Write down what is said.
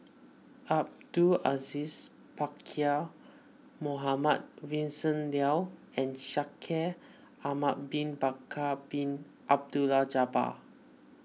Abdul Aziz Pakkeer Mohamed Vincent Leow and Shaikh Ahmad Bin Bakar Bin Abdullah Jabbar